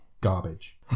garbage